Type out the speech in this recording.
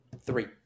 Three